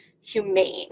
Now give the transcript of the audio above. humane